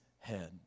head